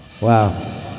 Wow